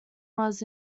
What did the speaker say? was